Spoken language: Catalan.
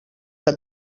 que